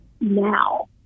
now